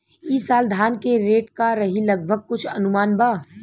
ई साल धान के रेट का रही लगभग कुछ अनुमान बा?